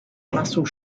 muscle